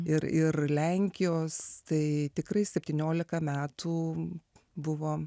ir ir lenkijos tai tikrai septyniolika metų buvo